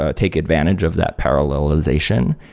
ah take advantage of that parallelization,